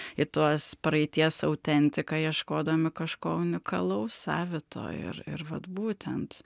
į tuos praeities autentiką ieškodami kažko unikalaus savito ir ir vat būtent